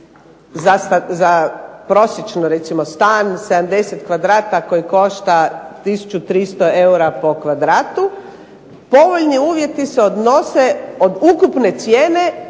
za prosječno recimo stan 70 kvadrata koji košta tisuću 300 eura po kvadratu, povoljni uvjeti se odnose od ukupne cijene